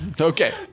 Okay